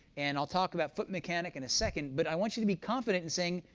and i'll talk about foot mechanic in a second. but i want you to be confident in saying,